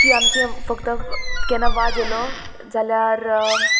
की आमचें फक्त केन्ना वाज येयलो जाल्यार